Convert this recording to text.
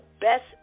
best